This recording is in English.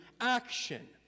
action